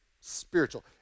Spiritual